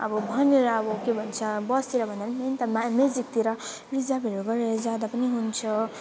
अब भनेर अब के भन्छ बसतिर भन्नाले मेन त मा मेजिकतिर रिजर्भहरू गरेर जाँदा पनि हुन्छ